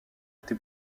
été